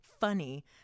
funny